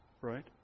right